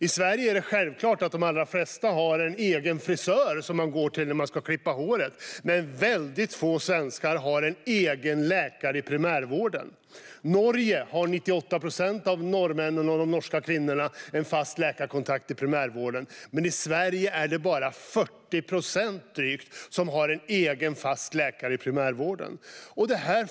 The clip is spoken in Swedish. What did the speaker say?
I Sverige är det självklart att de allra flesta har en egen frisör som de går till när de ska klippa håret. Men väldigt få svenskar har en egen läkare i primärvården. I Norge har 98 procent av befolkningen en fast läkarkontakt i primärvården, men i Sverige är det bara drygt 40 procent som har en egen, fast läkare i primärvården. Herr talman!